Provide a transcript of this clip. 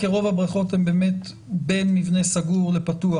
כי הבריכות הן באמת בין מבנה סגור לפתוח,